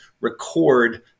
record